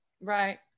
Right